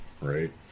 Right